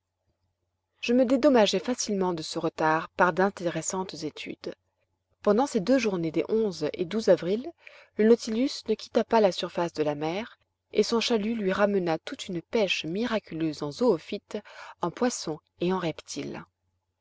je me dédommageai facilement de ce retard par d'intéressantes études pendant ces deux journées des et avril le nautilus ne quitta pas la surface de la mer et son chalut lui ramena toute une pêche miraculeuse en zoophytes en poissons et en reptiles